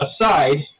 aside